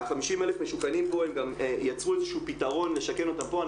ה-50 אלף המשוכנים פה הם יצרו איזשהו פתרון לשכן אותם פה.